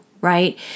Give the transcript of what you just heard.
right